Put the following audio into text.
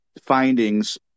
Findings